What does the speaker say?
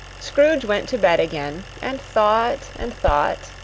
scrooge went to bed again, and thought, and thought,